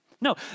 No